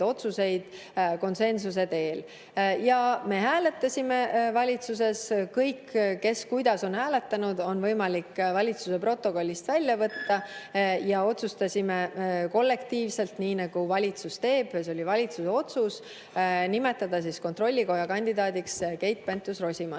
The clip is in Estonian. otsuseid konsensusega. Me hääletasime valitsuses. Seda, kes kuidas on hääletanud, on võimalik valitsuse protokollist välja võtta. Otsustasime kollektiivselt, nii nagu valitsus teeb. See oli valitsuse otsus, nimetada kontrollikoja [liikme] kandidaadiks Keit Pentus-Rosimannus.